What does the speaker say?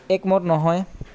একমত নহয়